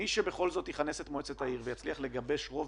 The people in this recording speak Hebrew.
מי שבכל זאת יכנס את מועצת העיר ויצליח לגבש רוב